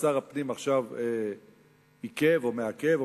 ושר הפנים עכשיו עיכב או מעכב או